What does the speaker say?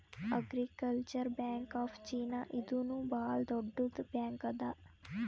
agricultural bank of China ಇದೂನು ಭಾಳ್ ದೊಡ್ಡುದ್ ಬ್ಯಾಂಕ್ ಅದಾ